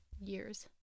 years